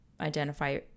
identify